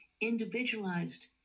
individualized